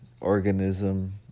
organism